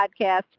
podcast